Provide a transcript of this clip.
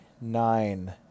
nine